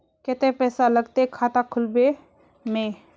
केते पैसा लगते खाता खुलबे में?